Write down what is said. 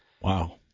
Wow